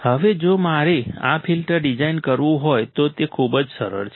હવે જો મારે આ ફિલ્ટર ડિઝાઇન કરવું હોય તો તે ખૂબ જ સરળ છે